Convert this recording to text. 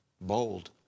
bold